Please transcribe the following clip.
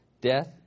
Death